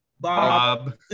Bob